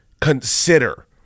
consider